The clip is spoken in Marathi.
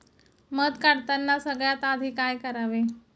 मध काढताना सगळ्यात आधी काय करावे?